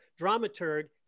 dramaturg